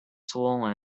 swollen